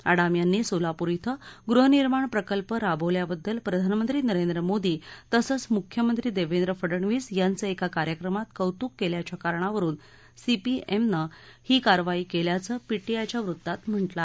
आडम यांनी सोलापूर क्वि गृहनिर्माण प्रकल्प राबवल्याबद्दल प्रधानमंत्री नरेंद्र मोदी तसंच मुख्यमंत्री देवेंद्र फडणवीस यांचं एका कार्यक्रमात कौतूक केल्याच्या कारणावरून सीपीएमनं ही कारवाई केल्याचं पीटीआयच्या वृत्तात म्हटलं आहे